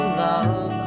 love